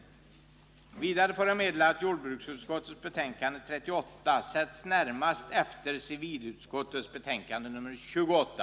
Vidare får jag meddela att jordbruksutskottets betänkande 38 sätts närmast efter civilutskottets betänkande 28.